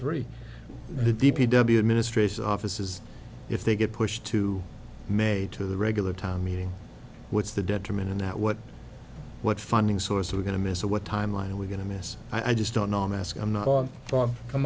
three the d p w administration offices if they get pushed to made to the regular time meeting what's the detriment in that what what funding source are going to miss a what timeline we're going to miss i just don't know mask i'm not on